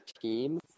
team